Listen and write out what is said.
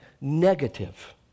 negative